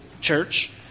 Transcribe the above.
church